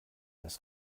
this